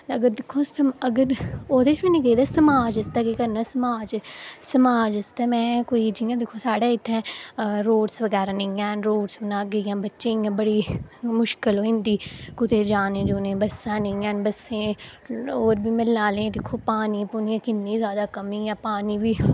अगर दिक्खो आं अगर ओह्दे आस्तै केह् करना अगर समाज समाज आस्तै केह् करना दिक्खो आं जि'यां साढ़े कोई इत्थें रोड्स बगैरा नेईं हैन रोड्स बनागे इ'यां बच्चें ई इ'यां बड़ी मुश्कल होई जंदी कुतै जाने गी बस्सां निं हैन बस्सें ई होर बी म्हल्ले आह्लें ई दिक्खो पानी पूनी दी किन्नी ज्यादा कमी ऐ पानी बी